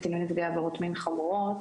קטינים נפגעי עבירות מין חמורות,